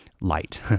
light